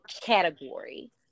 category